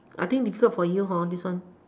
I think difficult for you this one